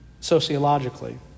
sociologically